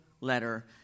letter